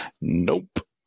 Nope